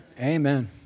Amen